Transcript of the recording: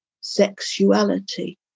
sexuality